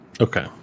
Okay